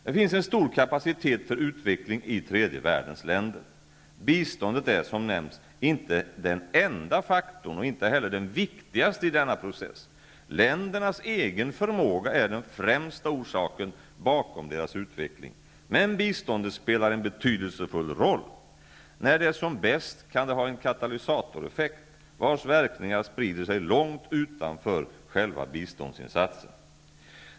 Det finns en stor kapacitet för utveckling i tredje världens länder. Biståndet är, som nämnts, inte den enda faktorn och inte heller den viktigaste i denna process. Ländernas egen förmåga är den främsta orsaken till deras utveckling. Men biståndet spelar en betydelsefull roll. När det är som bäst kan det ha en katalysatoreffekt, vars verkningar sprider sig långt utanför själva biståndsinsatsen.